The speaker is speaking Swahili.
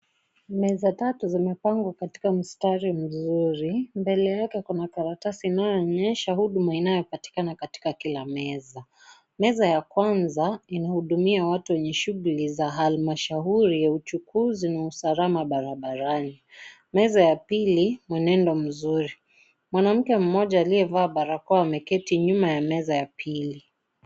Meza tatu zimepangwa katika mstari mzuri , mbele yake kuna karatasi inayoonyesha huduma inayopatikana katika kila meza .Meza ya kwanza inahudumia watu wenye shughuli yenye halmashauri ya uchukuzi na usalama barabarani . Meza ya pili mwenendo mzuri . Mwanamke mmoja aliyevaa barakoa ameketi nyuma ya meza ya pili.